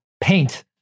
paint